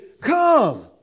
Come